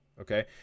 Okay